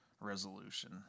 resolution